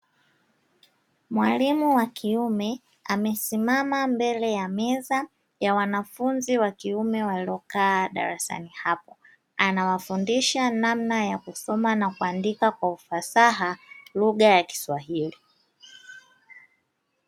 Mwalimu wa kiume amesimama mbele ya meza ya wanafunzi wa kiume waliokaa darasani hapo, anawafundisha namna ya kusoma na kuandika kwa ufasaha lugha ya kiswahili.